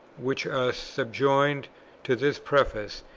which are subjoined to this preface,